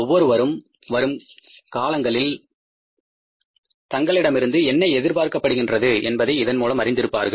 ஒவ்வொருவரும் வரும் காலங்களில் தங்களிடமிருந்து என்ன எதிர்பார்க்கப்படுகின்றது என்பதை இதன்மூலம் அறிந்திருப்பார்கள்